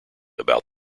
about